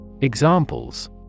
Examples